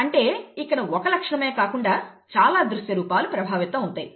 అంటే ఇక్కడ ఒక్క లక్షణమే కాకుండా చాలా దృశ్య రూపాలు ప్రభావితం అవుతాయి